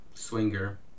Swinger